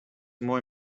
more